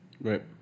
Right